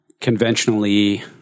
conventionally